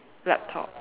laptop